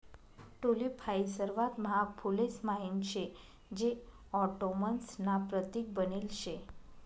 tulip हाई सर्वात महाग फुलेस म्हाईन शे जे ऑटोमन्स ना प्रतीक बनेल शे